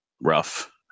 rough